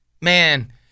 Man